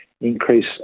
increase